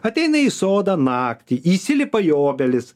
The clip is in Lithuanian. ateina į sodą naktį įsilipa į obelis